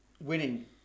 winning